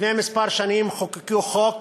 לפני כמה שנים חוקקו חוק